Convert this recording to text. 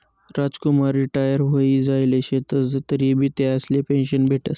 Ramkumar retire व्हयी जायेल शेतंस तरीबी त्यासले पेंशन भेटस